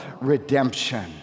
redemption